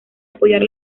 apoyar